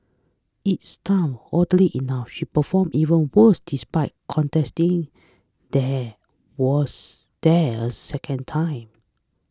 it's time oddly enough she performed even worse despite contesting there was there second time